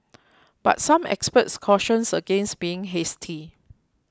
but some experts cautioned against being hasty